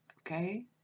okay